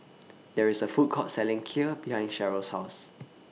There IS A Food Court Selling Kheer behind Cheryle's House